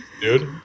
dude